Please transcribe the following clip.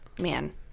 man